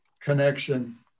connection